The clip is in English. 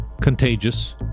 contagious